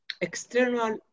external